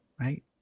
Right